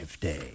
day